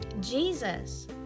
Jesus